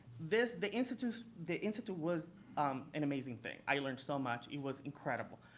this, the institute the institute was an amazing thing. i learned so much. it was incredible.